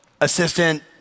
assistant